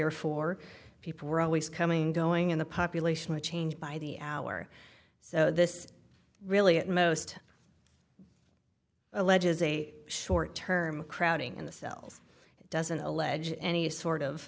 or four people were always coming going in the population which changed by the hour so this is really at most alleges a short term crowding in the cells doesn't allege any sort of